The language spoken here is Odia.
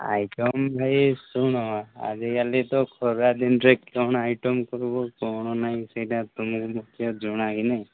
ଆଇଟମ୍ ଭାଇ ଶୁଣ ଆଜିକାଲି ତ ଖରାଦିନରେ କ'ଣ ଆଇଟମ୍ କରିବୁ କ'ଣ ନାଇଁ ସେଇଟା ତୁମକୁ ମୋତେ ଆଉ ଜଣା ହିଁ ନାହିଁ